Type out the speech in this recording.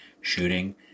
shooting